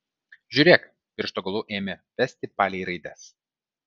žiūrėk piršto galu ėmė vesti palei raides